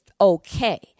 okay